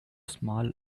small